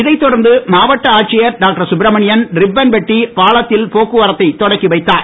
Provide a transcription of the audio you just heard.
இதைத் தொடர்ந்து மாவட்ட ஆட்ச்சியர் டாக்டர் சுப்ரமணியன் ரிப்பன் வெட்டி பாலைத்தில் போக்குவரைத்தை தொடங்கி வைத்தார்